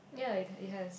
ya it has